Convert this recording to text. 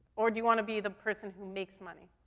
or do you wanna be the person who makes money?